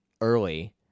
early